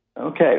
Okay